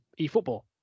eFootball